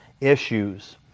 issues